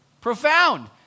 Profound